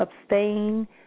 abstain